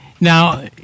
Now